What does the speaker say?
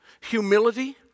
Humility